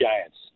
giants